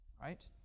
Right